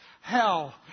hell